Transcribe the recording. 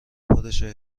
پادشاه